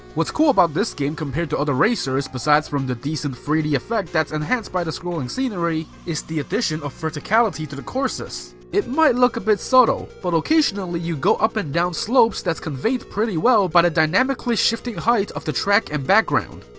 what's cool about this game compared to other racers, besides from the decent three d effect that's enhanced by the scrolling scenery, is the addition of verticality to the courses. it might look a bit subtle, but occasionally you go up and down slopes that's conveyed pretty well by the but dynamically shifting height of the track and background,